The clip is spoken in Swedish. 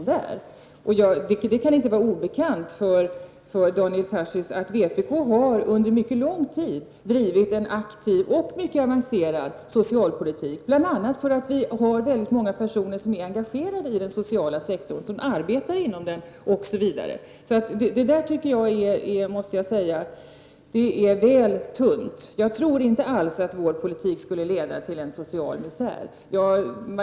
Det kan inte vara obekant för Daniel Tarschys att vpk under mycket lång tid har drivit en aktiv och mycket avancerad socialpolitik, delvis därför att vi har väldigt många personer som är engagerade i den sociala sektorn och som arbetar inom den. Så jag måste säga att det var litet väl tunt. Jag tror inte alls att vår politik skulle leda till social misär.